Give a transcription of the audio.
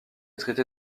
traité